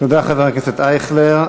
תודה, חבר הכנסת ישראל אייכלר.